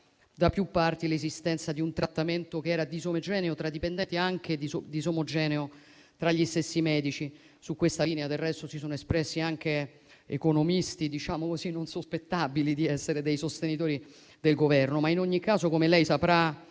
da più parti, l'esistenza di un trattamento che era disomogeneo tra dipendenti e disomogeneo anche tra gli stessi medici. Su questa linea, del resto, si sono espressi anche economisti non sospettabili di essere dei sostenitori del Governo. In ogni caso, però, come lei saprà,